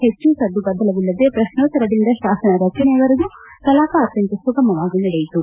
ಪೆಚ್ಚು ಸದ್ದುಗದ್ದಲವಿಲ್ಲದೆ ಪ್ರಶ್ನೋತ್ತರದಿಂದ ಶಾಸನ ರಚನೆಯವರೆಗೂ ಕಲಾಪ ಅತ್ಯಂತ ಸುಗಮವಾಗಿ ನಡೆಯಿತು